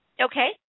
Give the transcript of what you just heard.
Okay